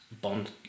Bond